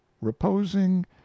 reposing